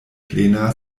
plena